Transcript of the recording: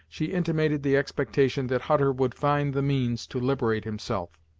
she intimated the expectation that hutter would find the means to liberate himself.